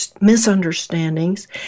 misunderstandings